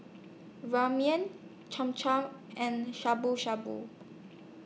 Ramen Cham Cham and Shabu Shabu